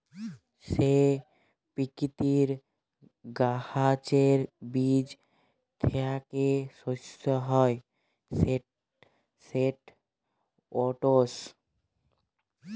যে পকিতির গাহাচের বীজ থ্যাইকে শস্য হ্যয় সেট ওটস